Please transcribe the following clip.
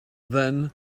then